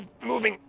moving